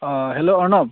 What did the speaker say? অঁ হেল্ল' অৰ্ণৱ